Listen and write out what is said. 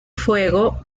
fuego